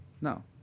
No